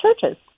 churches